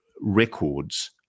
records